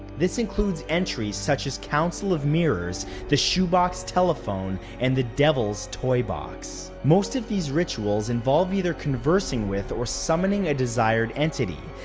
this includes entries such as counsel of mirrors, the shoebox telephone, and the devil's toybox. most of these rituals involve either conversing with or summoning a desired entity,